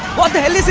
what the hell